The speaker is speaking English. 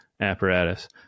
apparatus